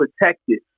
protected